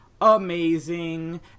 amazing